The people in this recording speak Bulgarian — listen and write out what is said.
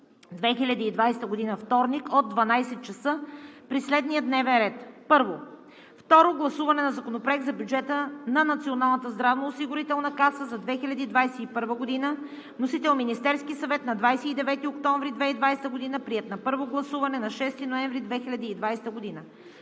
2020 г., вторник, от 12,00 ч. при следния дневен ред: 1. Второ гласуване на Законопроекта за бюджета на Националната здравноосигурителна каса за 2021 г. Вносител – Министерският съвет на 29 октомври 2020 г., приет на първо гласуване на 6 ноември 2020 г.